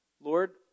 Lord